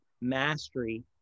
mastery